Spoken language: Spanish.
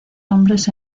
hombres